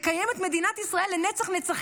לקיים את מדינת ישראל לנצח-נצחים,